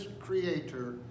creator